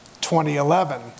2011